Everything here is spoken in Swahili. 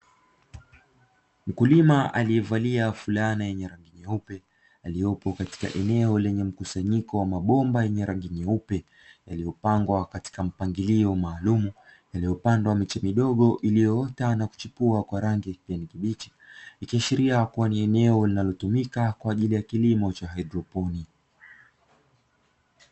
Mkulima aliyevalia fulana yenye rangi nyeupe, aliyepo katika eneo lenye mkusanyiko wa mabomba yenye rangi nyeupe, yaliyopangwa katika mpangilio maalumu, yaliyopandwa miche midogo iliyoota na kuchipua kwa rangi ya kijani kibichi. Ikiashiria kuwa ni eneo linalotumika kwa ajili ya kilimo cha kihaidroponi.